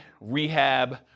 rehab